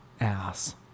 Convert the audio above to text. ass